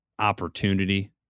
opportunity